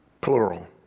plural